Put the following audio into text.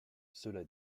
cela